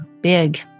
big